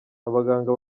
abaganga